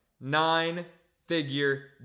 nine-figure